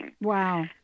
Wow